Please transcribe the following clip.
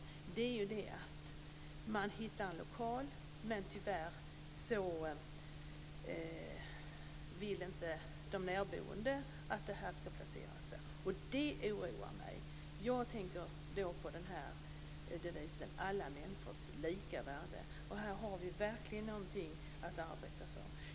Och en sak som oroar mig är att man kanske hittar en lokal men att de närboende tyvärr inte vill att dessa människor skall placeras just där. Det oroar mig. Jag tänker då på den här devisen om alla människors lika värde. Här har vi verkligen någonting att arbeta för.